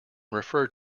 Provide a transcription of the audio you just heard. referred